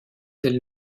del